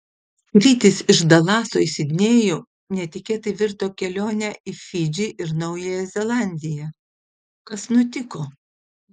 skrydis iš dalaso į sidnėjų netikėtai virto kelione į fidžį ir naująją zelandiją kas nutiko